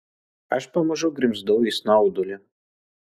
aš pamažu grimzdau į snaudulį